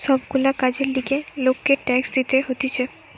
সব গুলা কাজের লিগে লোককে ট্যাক্স দিতে হতিছে